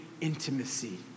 intimacy